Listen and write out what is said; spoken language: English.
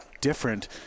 different